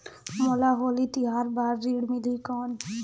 मोला होली तिहार बार ऋण मिलही कौन?